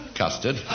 custard